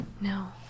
No